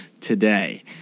today